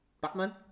Batman